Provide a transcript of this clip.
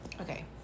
Okay